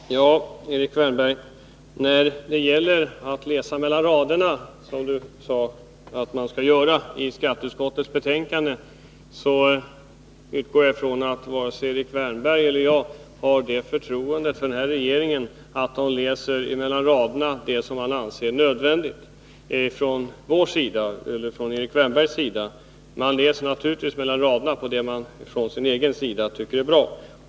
Fru talman! Erik Wärnberg sade att man skall läsa mellan raderna i skatteutskottets betänkande. Men jag utgår från att Erik Wärnberg liksom jaginte har det förtroendet för den här regeringen att vi mellan raderna läser in det som den anser nödvändigt. Vi läser naturligtvis mellan raderna det som vi själva tycker är bra.